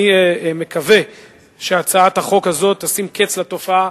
אני מקווה שהצעת החוק הזאת תשים קץ לתופעה